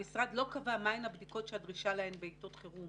המשרד לא קבע מה הן הבדיקות שהדרישה להן בעיתות חירום